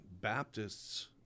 Baptists